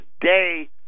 today